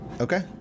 Okay